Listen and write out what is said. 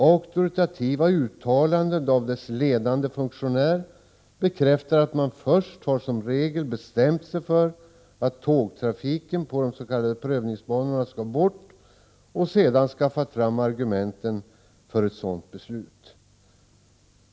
Auktoritativa uttalanden av dess ledande funktionär bekräftar att man först som regel har bestämt sig för att tågtrafiken på de s.k. prövningsbanorna skall bort och sedan skaffat fram argumenten för ett sådant beslut.